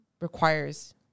requires